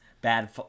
bad